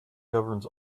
governs